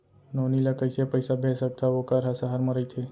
नोनी ल कइसे पइसा भेज सकथव वोकर ह सहर म रइथे?